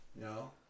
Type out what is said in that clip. No